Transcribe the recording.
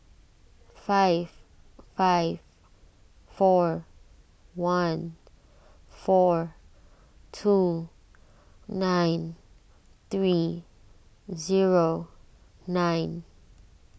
five five four one four two nine three zero nine